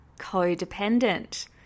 codependent